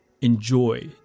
enjoy